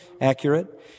accurate